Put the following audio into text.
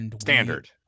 Standard